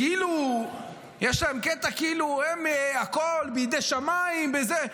יש להם קטע כאילו שהכול בידי שמיים וזה.